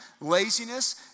laziness